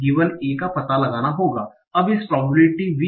a का पता लगाना होगा अब इस प्रोबेबिलिटी V